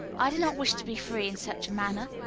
i do not wish to be free in such a manner.